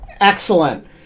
Excellent